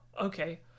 okay